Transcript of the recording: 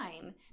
time